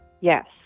yes